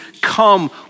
come